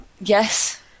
Yes